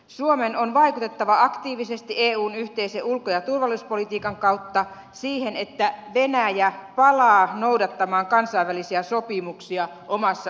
suomen on vaikutettava aktiivisesti eun yhteisen ulko ja turvallisuuspolitiikan kautta siihen että venäjä palaa noudattamaan kansainvälisiä sopimuksia omassa ulkopolitiikassaan